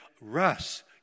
Russ